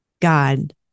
God